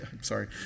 sorry